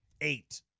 eight